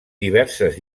diverses